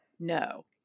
No